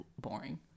boring